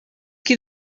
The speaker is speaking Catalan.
que